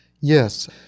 Yes